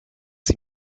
sie